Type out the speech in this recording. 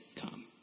come